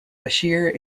bashir